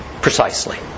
Precisely